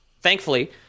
thankfully